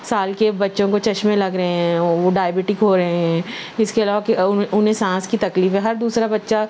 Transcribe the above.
سال کے بچوں کو چشمے لگ رہے ہیں وہ ڈائبٹک ہو رہے ہیں اس کے علاوہ انہیں سانس کی تکلیف ہے ہر دوسرا بچہ